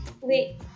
wait